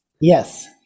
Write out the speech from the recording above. Yes